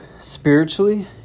spiritually